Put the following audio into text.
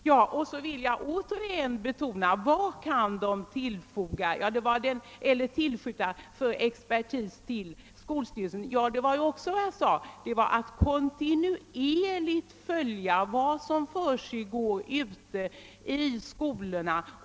När det gäller frågan om vad slags expertis dessa fackrepresentanter kan tillföra skolstyrelsen framhöll jag, att de har möjligheter att kontinuerligt följa vad som försiggår ute i skolorna.